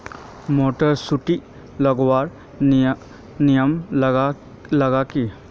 Motor सुटी लगवार नियम ला की?